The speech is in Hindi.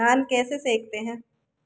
नान कैसे सेंकते हैं